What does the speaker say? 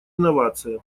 инновация